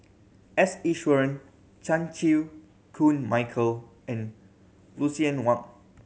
S Iswaran Chan Chew Koon Michael and Lucien Wang